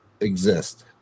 exist